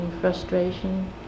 frustration